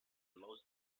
los